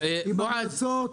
עם המלצות,